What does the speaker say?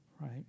Right